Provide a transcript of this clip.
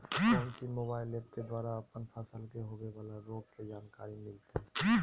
कौन सी mobile app के द्वारा अपन फसल के होबे बाला रोग के जानकारी मिलताय?